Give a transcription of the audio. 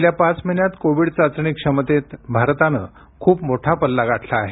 गेल्या पाच महिन्यांत कोविड चाचणी क्षमतेत भारतानं खूप मोठा पल्ला गाठला आहे